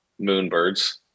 Moonbirds